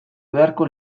beharko